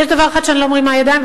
יש דבר אחד שאני לא מרימה בו ידיים,